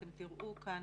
אתם תראו כאן